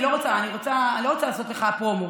אני לא רוצה לעשות לך פרומו.